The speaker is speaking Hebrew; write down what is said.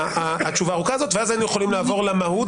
התשובה הארוכה הזאת ואז היינו יכולים לעבור למהות.